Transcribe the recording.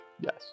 Yes